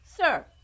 Sir